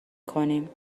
کنیم